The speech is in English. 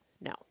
No